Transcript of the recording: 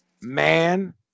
Man